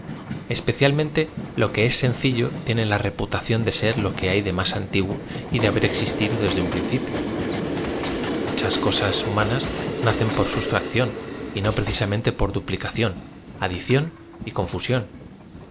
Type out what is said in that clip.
mente lo que es sencillo tiene la reputación de ser la que hay de más antiguo y de haber existido desde un principio muchas cosas humanas nacea por sustrac ción y no precisamente por duplicación adición y